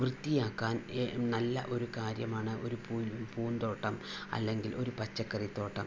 വൃത്തിയാക്കാൻ നല്ല ഒരു കാര്യമാണ് ഒരു പൂന്തോ പൂന്തോട്ടം അല്ലങ്കിൽ ഒരു പച്ചക്കറിത്തോട്ടം